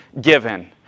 given